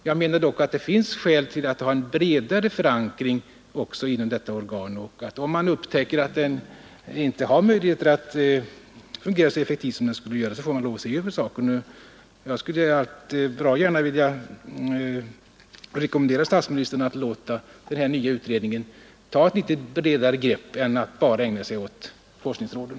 Det finns ändock skäl till att ha en bredare förankring också inom detta organ. Om man nu upptäcker att den inte har möjligheter att fungera så effektivt som den borde, får man se över förhållandena. Jag vill därför rekommendera statsministern att låta den nya utredningen ta ett litet bredare grepp än att bara ägna sig åt forskningsråden.